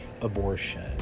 abortion